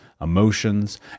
emotions